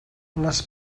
les